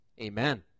Amen